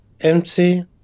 Empty